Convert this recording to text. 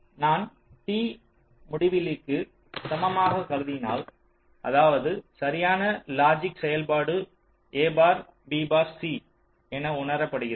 நான் t முடிவிலிக்கு சமமாக கருதினால் அதாவது சரியான லாஜிக் செயல்பாடு a bar b bar c என உணர படுகிறது